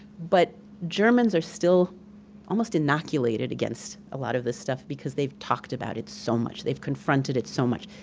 but germans are still almost inoculated against a lot of this stuff because they've talked about it so much. they've confronted it so much.